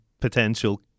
potential